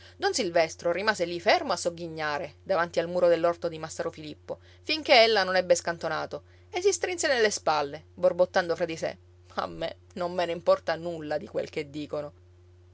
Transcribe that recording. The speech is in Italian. don silvestro rimase lì fermo a sogghignare davanti al muro dell'orto di massaro filippo finché ella non ebbe scantonato e si strinse nelle spalle borbottando fra di sé a me non me ne importa nulla di quel che dicono